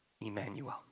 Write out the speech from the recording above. Emmanuel